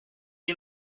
and